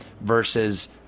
versus